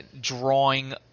drawing